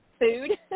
food